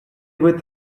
вид